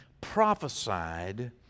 prophesied